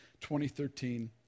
2013